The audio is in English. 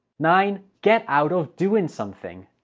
nine, get out of doing something,